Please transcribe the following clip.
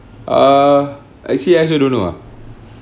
err actually I also don't know ah